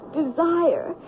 desire